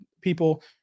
people